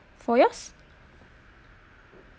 four years